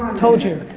um told you,